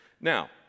Now